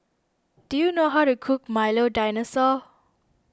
do you know how to cook Milo Dinosaur